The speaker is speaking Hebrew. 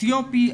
אתיופי,